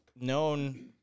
known